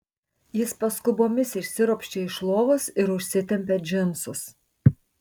jis paskubomis išsiropščia iš lovos ir užsitempia džinsus